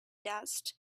dust